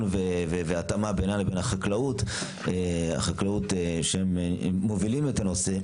והתאמה בינם לבין החקלאות שהם מובילים את הנושא,